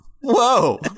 whoa